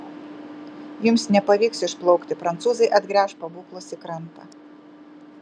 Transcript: jums nepavyks išplaukti prancūzai atgręš pabūklus į krantą